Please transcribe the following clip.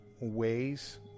ways